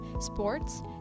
sports